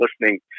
listening